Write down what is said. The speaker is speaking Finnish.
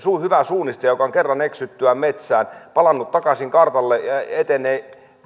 hyvä suunnistaja joka on kerran eksyttyään metsään palannut takaisin kartalle ja etenee